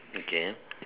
okay